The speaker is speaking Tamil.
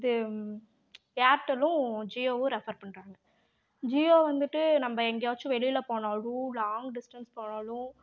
இது ஏர்டெல்லும் ஜியோவும் ரெஃபர் பண்ணுறாங்க ஜியோ வந்துட்டு நம்ம எங்கேயாச்சும் வெளியில் போனாலும் லாங் டிஸ்டன்ஸ் போனாலும்